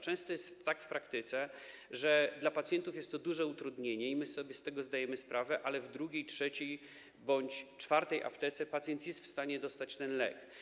Często w praktyce jest tak - dla pacjentów jest to duże utrudnienie i my sobie z tego zdajemy sprawę - że w drugiej, trzeciej bądź czwartej aptece pacjent jest w stanie dostać ten lek.